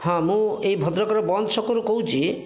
ହଁ ମୁଁ ଏହି ଭଦ୍ରକର ବନ୍ଦ ଛକରୁ କହୁଛି